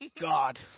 God